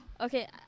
Okay